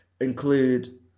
include